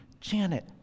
Janet